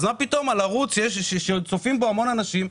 אז מה פתאום ערוץ שצופים בו המון אנשים,